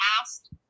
asked